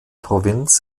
provinz